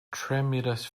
tremulous